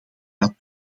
dat